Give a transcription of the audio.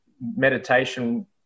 meditation